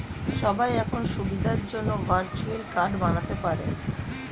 সবাই এখন সুবিধার জন্যে ভার্চুয়াল কার্ড বানাতে পারে